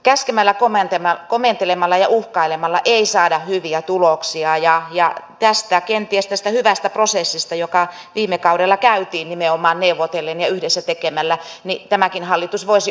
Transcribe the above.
käskemällä komentelemalla ja uhkailemalla ei saada hyviä tuloksia ja kenties tästä hyvästä prosessista joka viime kaudella käytiin nimenomaan neuvotellen ja yhdessä tekemällä tämäkin hallitus voisi ottaa oppia